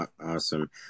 Awesome